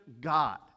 God